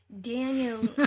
Daniel